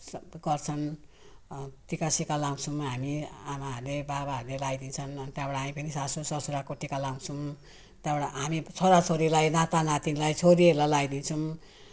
सब गर्छन् टिका सिका लगाउँछौँ हामी आमाहरूले बाबाहरूले लगाइदिन्छन् अनि त्यहाँबाट हामी पनि सासू ससुराको टिका लगाउँछौँ त्यहाँबाट हामी छोरा छोरीलाई नाता नातिनीलाई छोरीहरूलाई लगाइदिन्छौँ